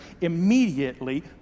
immediately